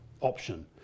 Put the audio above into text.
option